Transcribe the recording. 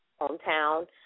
hometown